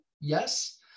Yes